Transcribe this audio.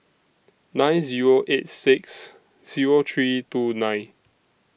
nine Zero eight six Zero three two nine